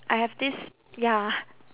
I have this ya